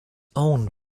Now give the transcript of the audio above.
owned